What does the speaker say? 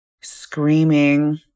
screaming